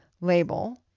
label